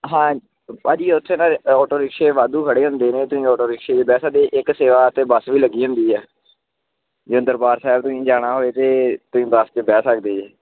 ਹਾਂਜੀ ਭਾਅ ਜੀ ਉੱਥੇ ਨਾ ਆਟੋ ਰਿਕਸ਼ੇ ਵਾਧੂ ਖੜ੍ਹੇ ਹੁੰਦੇ ਨੇ ਤੁਸੀਂ ਆਟੋ ਰਿਕਸ਼ੇ ਬਹਿ ਸਕਦੇ ਜੀ ਇੱਕ ਸੇਵਾ 'ਤੇ ਬੱਸ ਵੀ ਲੱਗੀ ਹੁੰਦੀ ਹੈ ਜੇ ਦਰਬਾਰ ਸਾਹਿਬ ਤੁਸੀਂ ਜਾਣਾ ਹੋਵੇ ਅਤੇ ਤੁਸੀਂ ਬੱਸ 'ਚ ਬਹਿ ਸਕਦੇ ਜੇ